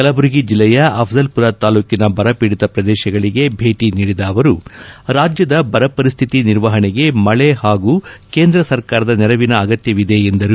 ಕಲಬುರಗಿ ಜಿಲ್ಲೆಯ ಅಫ್ಪಲ್ಪುರ ತಾಲೂಕಿನ ಬರಪೀಡಿತ ಪ್ರದೇಶಗಳಿಗೆ ಭೇಟಿ ನೀಡಿದ ಅವರು ರಾಜ್ಯದ ಬರ ಪರಿಸ್ಥಿತಿ ನಿರ್ವಹಣೆಗೆ ಮಳೆ ಹಾಗೂ ಕೇಂದ್ರ ಸರ್ಕಾರದ ನೆರವಿನ ಅಗತ್ಯವಿದೆ ಎಂದರು